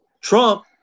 Trump